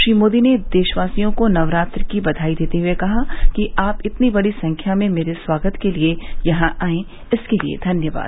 श्री मोदी ने देशवासियों को नवरात्र की बधाई देते हए कहा कि आप इतनी बड़ी संख्या में मेरे स्वागत के लिए यहां आए इसके लिए धन्यवाद